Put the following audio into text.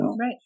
Right